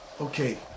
Okay